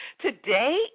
Today